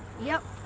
yep.